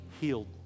healed